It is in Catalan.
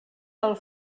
del